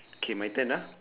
K my turn ah